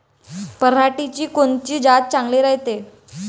पऱ्हाटीची कोनची जात चांगली रायते?